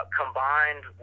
combined